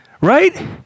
right